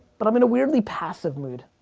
but i'm in a weirdly passive mood.